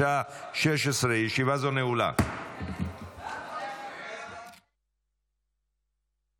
בשעה 16:00. ישיבה זו